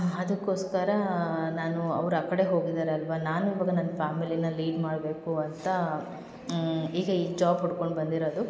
ಅದಕ್ಕೋಸ್ಕರ ನಾನೂ ಅವ್ರು ಆ ಕಡೆ ಹೋಗಿದ್ದಾರೆ ಅಲ್ಲವಾ ನಾನು ಇವಾಗ ನನ್ನ ಫ್ಯಾಮಿಲಿನ ಲೀಡ್ ಮಾಡಬೇಕು ಅಂತ ಈಗ ಈ ಜಾಬ್ ಹುಡ್ಕೊಂಡು ಬಂದಿರೋದು